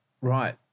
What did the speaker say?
Right